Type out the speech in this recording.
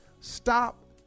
Stop